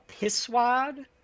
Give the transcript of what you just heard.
pisswad